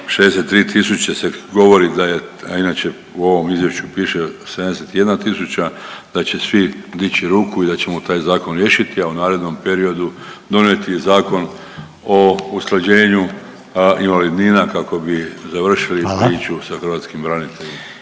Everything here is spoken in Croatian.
tisuća se govori da je, a inače u ovom izvješću piše 71 tisuća, da će svi dići ruku i da ćemo taj zakon riješiti, a u narednom periodu donijeti Zakon o usklađenju invalidnina kako bi završili …/Upadica Reiner: Hvala/…priču sa hrvatskim braniteljima.